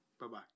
Bye-bye